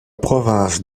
province